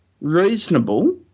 reasonable